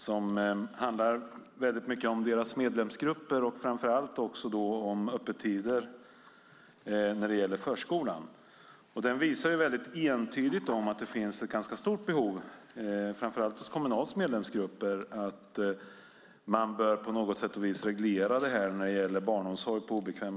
Den handlar mycket om deras medlemsgrupper och framför allt om öppettider inom förskolan. Rapporten visar entydigt att det framför allt hos Kommunals medlemsgrupper finns ett ganska stort behov av att barnomsorg på obekväm arbetstid regleras på något sätt.